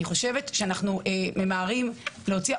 אני חושבת שאנחנו ממהרים להוציא,